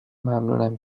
ممنونم